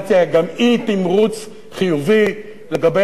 גם אי-תמרוץ חיובי לגבי אלה